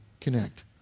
connect